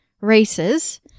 Races